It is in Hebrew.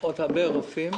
עוד הרבה רופאים